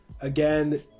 again